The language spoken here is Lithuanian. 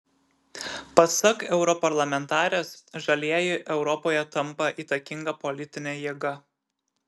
pasak europarlamentarės žalieji europoje tampa įtakinga politine jėga